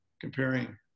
comparing